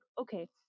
okay